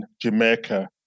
Jamaica